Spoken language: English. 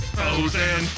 frozen